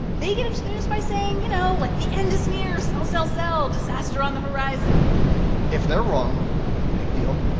they get into the news by saying, you know, like, the end is near sell, sell, sell disaster on the horizon if they're wrong big deal.